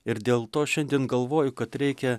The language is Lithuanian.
ir dėl to šiandien galvoju kad reikia